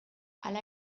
hala